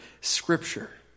Scripture